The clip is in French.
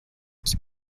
qui